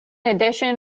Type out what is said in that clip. addition